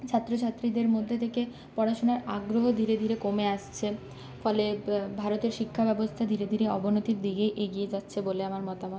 ছাত্র ছাত্রীদের মধ্যে থেকে পড়াশোনার আগ্রহ ধীরে ধীরে কমে আসছে ফলে ভারতের শিক্ষা ব্যবস্থা ধীরে ধীরে অবনতির দিকে এগিয়ে যাচ্ছে বলে আমার মতামত